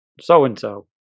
so-and-so